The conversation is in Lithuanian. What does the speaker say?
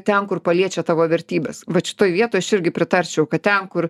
ten kur paliečia tavo vertybes vat šitoj vietoj aš irgi pritarčiau kad ten kur